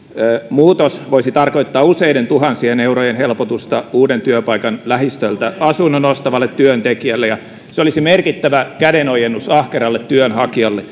muutos voisi tarkoittaa useiden tuhansien eurojen helpotusta uuden työpaikan lähistöltä asunnon ostavalle työntekijälle se olisi merkittävä kädenojennus ahkeralle työnhakijalle